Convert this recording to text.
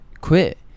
quit